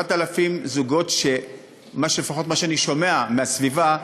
7,000 זוגות שלפחות ממה שאני שומע מהסביבה,